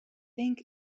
thing